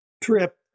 trip